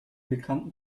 bekannten